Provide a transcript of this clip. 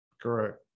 Correct